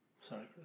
sorry